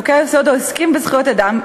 חוקי-היסוד העוסקים בזכויות אדם,